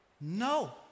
no